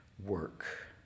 work